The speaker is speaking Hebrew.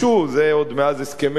זה עוד מאז הסכמי אוסלו,